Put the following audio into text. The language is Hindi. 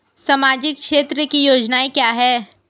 सामाजिक क्षेत्र की योजनाएं क्या हैं?